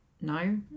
no